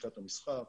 לשכת המסחר,